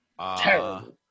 Terrible